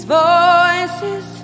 voices